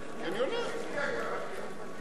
את הצעת חוק נציגי לשכת עורכי-הדין